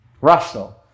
Russell